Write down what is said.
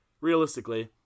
realistically